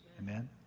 Amen